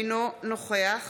אינו נוכח